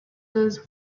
was